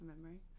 memory